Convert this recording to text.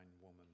woman